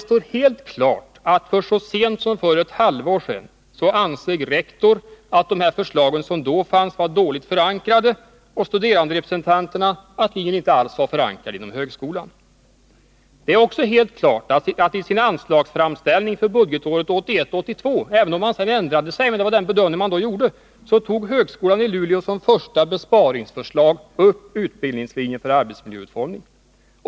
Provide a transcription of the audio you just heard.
Så sent som för ett halvår sedan ansåg rektorn vid högskolan att de förslag som då fanns var dåligt förankrade, och studeranderepresentanterna ansåg att förslagen beträffande den här linjen inte alls var förankrade inom högskolan. Det första besparingsförslaget i anslagsframställningen från högskolan i Luleå för budgetåret 1981/82 gällde — även om man sedan ändrade sig — utbildningslinjen för arbetsmiljöutformning. Det var alltså den bedömning man då gjorde.